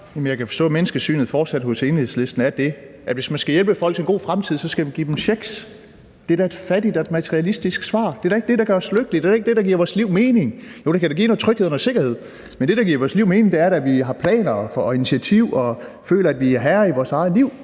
jeg kan forstå, at menneskesynet hos Enhedslisten fortsat er det, at hvis man skal hjælpe folk til en god fremtid, skal man give dem checks. Det er da et fattigt og et materialistisk svar. Det er da ikke det, der gør os lykkelige, det er da ikke det, der giver vores liv mening. Jo, det kan da give noget tryghed og noget sikkerhed, men det, der giver vores liv mening, er da, at vi har planer og tager initiativer og føler, at vi er herre i vores eget liv.